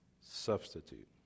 substitute